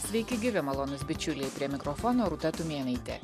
sveiki gyvi malonūs bičiuliai prie mikrofono rūta tumėnaitė